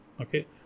Okay